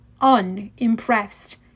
unimpressed